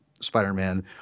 Spider-Man